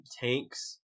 tanks